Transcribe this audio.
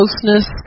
closeness